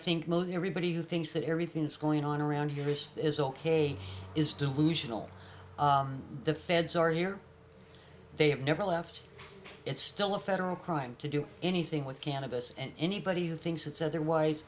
think everybody who thinks that everything is going on around here is is ok is delusional the feds are here they have never left it's still a federal crime to do anything with cannabis and anybody who thinks it's otherwise